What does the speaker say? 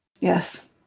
Yes